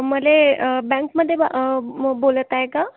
मला बँकमध्ये ब बोलत आहे का